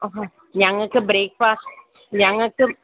ആഹാ ഞങ്ങൾക്ക് breakfast ഞങ്ങൾക്ക്